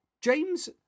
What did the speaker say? James